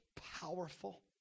powerful